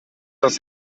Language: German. das